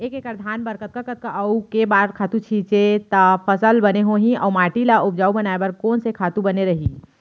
एक एक्कड़ धान बर कतका कतका अऊ के बार खातू छिंचे त फसल बने होही अऊ माटी ल उपजाऊ बनाए बर कोन से खातू बने रही?